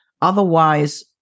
Otherwise